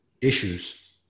Issues